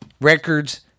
records